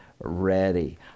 ready